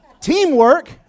Teamwork